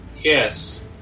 Yes